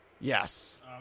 Yes